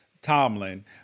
Tomlin –